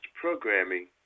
programming